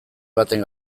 baten